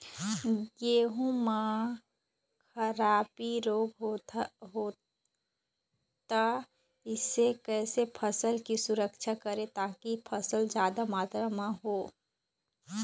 गेहूं म खराबी रोग होता इससे कैसे फसल की सुरक्षा करें ताकि फसल जादा मात्रा म हो?